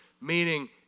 Meaning